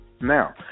Now